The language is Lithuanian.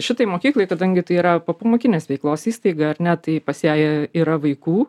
šitai mokyklai kadangi tai yra popamokinės veiklos įstaiga ar ne tai pas ją yra vaikų